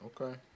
Okay